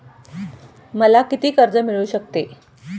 मला किती कर्ज मिळू शकते?